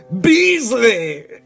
Beasley